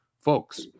folks